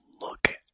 look